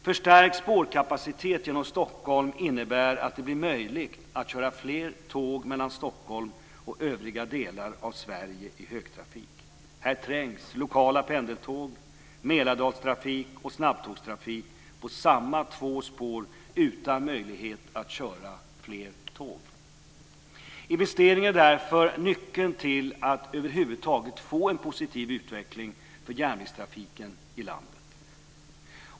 Förstärkt spårkapacitet genom Stockholm innebär att det blir möjligt att köra fler tåg mellan Stockholm och övriga delar av Sverige i högtrafik. Här trängs lokala pendeltåg, Mälardalstrafik och snabbtågstrafik på samma två spår, och man saknar möjlighet att köra fler tåg. Investeringarna är därför nyckeln till en positivt utveckling för järnvägstrafiken i landet.